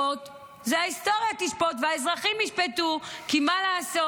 ההיסטוריה תשפוט והאזרחים ישפטו, כי מה לעשות?